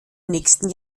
nächsten